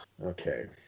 okay